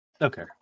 Okay